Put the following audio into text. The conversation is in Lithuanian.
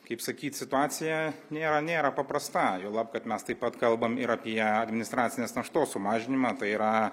kaip sakyt situacija nėra nėra paprasta juolab kad mes taip pat kalbam ir apie administracinės naštos sumažinimą tai yra